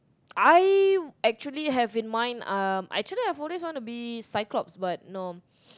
I actually have in mind um actually I've always wanna be cyclops but no